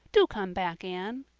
do come back, anne.